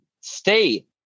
stay